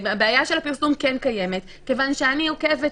הבעיה של הפרסום כן קיימת, כיוון שאני עוקבת.